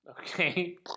Okay